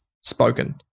spoken